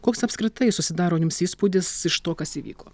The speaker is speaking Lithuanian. koks apskritai susidaro jums įspūdis iš to kas įvyko